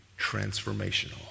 transformational